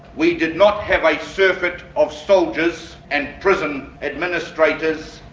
we did not have a surfeit of soldiers and prison administrators,